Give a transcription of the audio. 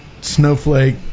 snowflake